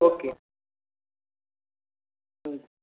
okay